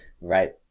right